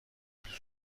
plus